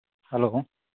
hello